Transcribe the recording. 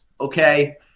okay